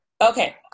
Okay